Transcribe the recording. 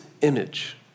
image